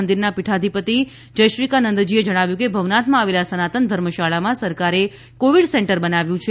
મંદિરના પીઠાઘિપતિ જયશ્રીકા નંદજીએ જણાવ્યું છે કે ભવનાથમાં આવેલ સનાતન ધર્મશાળામાં સરકારે કોવિડ સેન્ટર બનાવ્યું છે